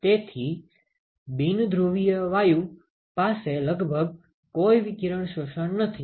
તેથી બિન ધ્રુવીય વાયુ પાસે લગભગ કોઈ વિકિરણ શોષણ નથી